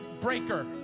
breaker